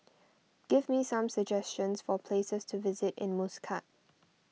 give me some suggestions for places to visit in Muscat